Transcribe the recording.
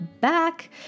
back